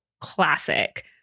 classic